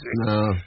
No